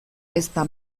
ezta